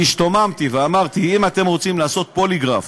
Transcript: אני השתוממתי ואמרתי: אם אתם רוצים לעשות פוליגרף